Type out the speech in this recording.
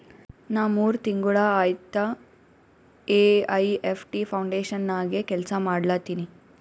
ನಾ ಮೂರ್ ತಿಂಗುಳ ಆಯ್ತ ಎ.ಐ.ಎಫ್.ಟಿ ಫೌಂಡೇಶನ್ ನಾಗೆ ಕೆಲ್ಸಾ ಮಾಡ್ಲತಿನಿ